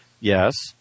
Yes